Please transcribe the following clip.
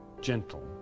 gentle